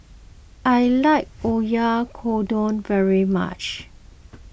I like Oyakodon very much